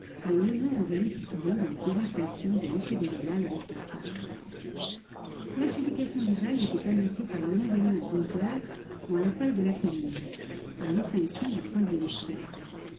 dont le nom revenait si souvent dans les conversations de m de rênal avec sa femme l'adjudication du bail était annoncée pour le lendemain à deux heures en la salle de la commune à l'extinction du troisième feu